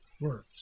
Words